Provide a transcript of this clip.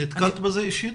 נתקלת בזה, אישית?